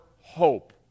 hope